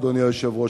אדוני היושב-ראש,